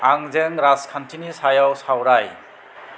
आंजों राजखान्थिनि सायाव सावराय